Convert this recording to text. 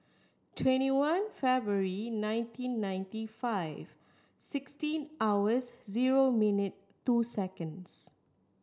twenty one February nineteen ninety five sixteen hours zero minute two seconds